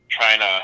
China